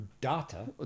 Data